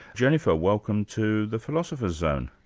jennifer, welcome to the philosopher's zone.